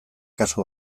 kasu